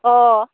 अ